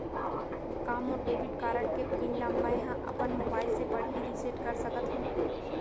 का मोर debit card के पिन ल मैं ह अपन मोबाइल से पड़ही रिसेट कर सकत हो?